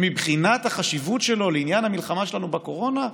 שמבחינת החשיבות שלו לעניין המלחמה שלנו בקורונה,